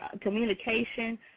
communication